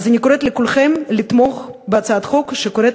אז אני קוראת לכולכם לתמוך בהצעת החוק שקוראת